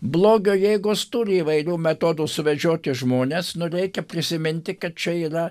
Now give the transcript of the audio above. blogio jėgos turi įvairių metodų suvedžioti žmones nu reikia prisiminti kad čia yra